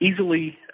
easily